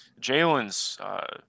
Jalen's